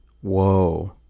Whoa